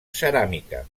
ceràmica